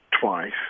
twice